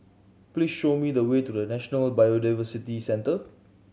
please show me the way to The National Biodiversity Centre